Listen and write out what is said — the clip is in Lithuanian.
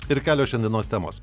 ir kelios šiandienos temos